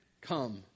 Come